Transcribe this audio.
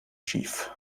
schief